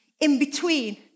in-between